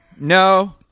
No